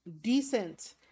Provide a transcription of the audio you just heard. decent